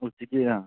ഉച്ചയ്ക്ക് ആ